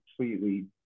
completely